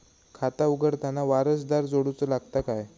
खाता उघडताना वारसदार जोडूचो लागता काय?